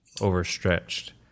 overstretched